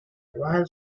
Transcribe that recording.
while